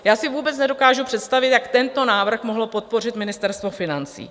Já si vůbec nedokážu představit, jak tento návrh mohlo podpořit Ministerstvo financí.